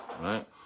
right